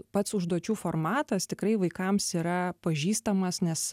pats užduočių formatas tikrai vaikams yra pažįstamas nes